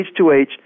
H2H